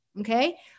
okay